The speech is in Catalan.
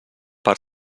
per